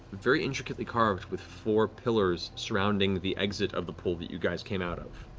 very intricately carved, with four pillars surrounding the exit of the pool that you guys came out of.